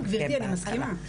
נכון, גברתי אני מסכימה.